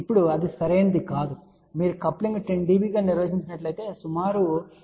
ఇప్పుడు అది సరైనది కాదు మీరు కప్లింగ్ 10 dB గా నిర్వచించినట్లయితే సుమారు 0